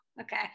okay